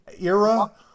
era